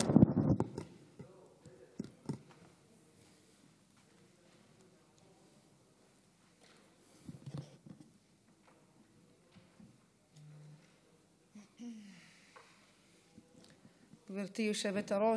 גברתי היושבת-ראש,